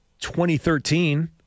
2013